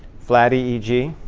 flat eeg.